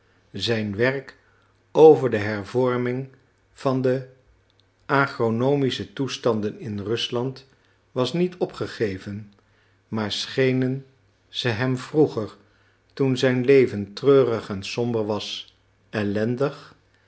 zijn werk over de hervorming van de agronomische toestanden in rusland was niet opgegeven maar schenen ze hem vroeger toen zijn leven treurig en somber was ellendig